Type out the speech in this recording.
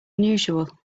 unusual